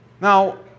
Now